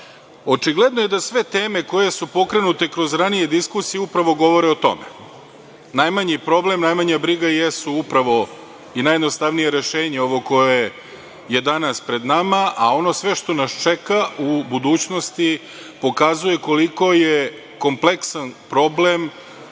lako. Očigledno je da sve teme koje su pokrenute kroz ranije diskusije upravo govore o tome. Najmanji problem, najmanja briga su upravo i najednostavnije rešenje ovo koje je danas pred nama, a ono sve što nas čeka u budućnosti pokazuje koliko je kompleksan problem,